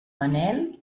manel